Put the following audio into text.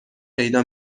پیدا